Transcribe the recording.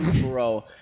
Bro